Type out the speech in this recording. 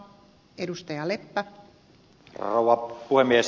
arvoisa rouva puhemies